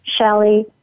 Shelly